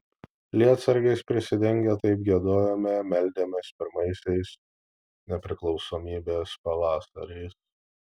lietsargiais prisidengę taip giedojome meldėmės pirmaisiais nepriklausomybės pavasariais